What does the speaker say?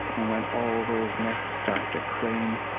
and when all those necks start to crane,